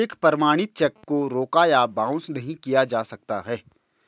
एक प्रमाणित चेक को रोका या बाउंस नहीं किया जा सकता है